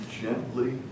gently